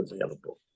available